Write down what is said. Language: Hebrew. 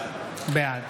בעד